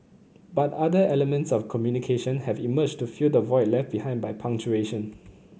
but other elements of communication have emerged to fill the void left behind by punctuation